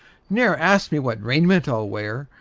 ne'er ask me what raiment i'll wear,